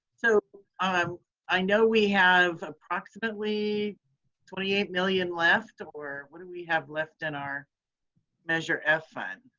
so um um i know we have approximately twenty eight million left or what do we have left in our measure f fund?